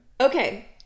Okay